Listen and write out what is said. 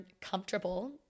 comfortable